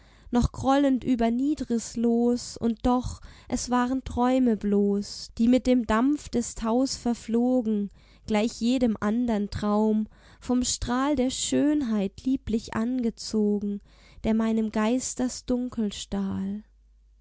noch grollend über niedres los und doch es waren träume bloß die mit dem dampf des taus verflogen gleich jedem andern traum vom strahl der schönheit lieblich angezogen der meinem geist das dunkel stahl